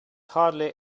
hardly